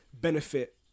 benefit